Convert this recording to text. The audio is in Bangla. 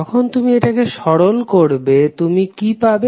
যখন তুমি এটাকে সরল করবে তুমি কি পাবে